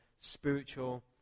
spiritual